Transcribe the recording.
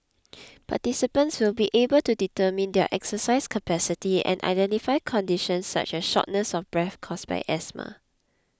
participants will be able to determine their exercise capacity and identify conditions such as shortness of breath caused by asthma